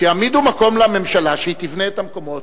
שיעמידו מקום לממשלה שהיא תבנה את המקומות.